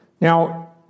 Now